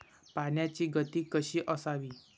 पाण्याची गती कशी असावी?